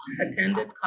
attended